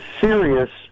serious